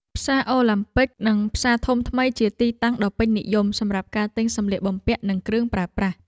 ផ្សារអូឡាំពិក និងផ្សារធំថ្មី ជាទីតាំងដ៏ពេញនិយមសម្រាប់ការទិញសម្លៀកបំពាក់ និងគ្រឿងប្រើប្រាស់។